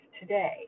today